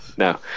No